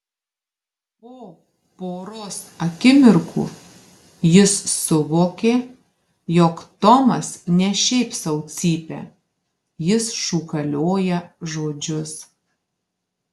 po poros akimirkų jis suvokė jog tomas ne šiaip sau cypia jis šūkalioja žodžius